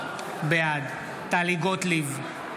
בעד טלי גוטליב,